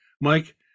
Mike